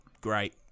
great